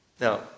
Now